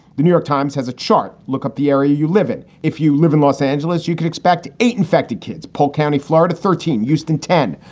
the new york times has a chart. look up the area you live in. if you live in los angeles, you could expect eight infected kids. polk county, florida, thirteen, houston, ten.